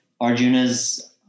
Arjuna's